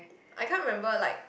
I can't remember like